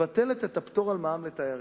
מבטלת את הפטור ממע"מ לתיירים.